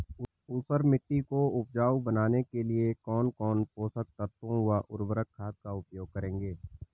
ऊसर मिट्टी को उपजाऊ बनाने के लिए कौन कौन पोषक तत्वों व उर्वरक खाद का उपयोग करेंगे?